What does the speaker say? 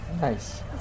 Nice